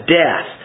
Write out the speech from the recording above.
death